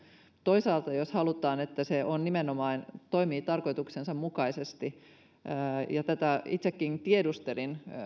toisaalta jos halutaan että se nimenomaan toimii tarkoituksensa mukaisesti itsekin tiedustelin